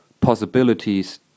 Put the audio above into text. possibilities